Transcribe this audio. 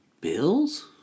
Bills